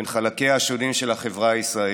בין חלקיה השונים של החברה הישראלית.